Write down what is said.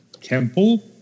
temple